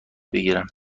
بگیرم